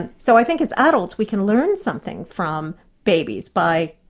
and so i think as adults we can learn something from babies by,